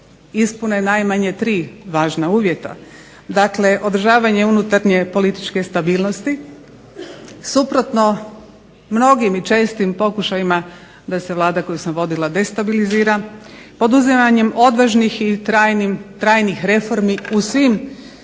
ispune najmanje tri važna uvjeta. Dakle, održavanje unutarnje političke stabilnosti, suprotno mnogim i čestim pokušajima da se Vlada koju sam vodila destabilizira, poduzimanjem odvažnih i trajnih reformi u svim